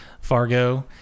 Fargo